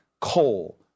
coal